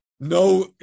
No